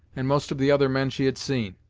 and most of the other men she had seen,